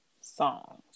songs